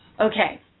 Okay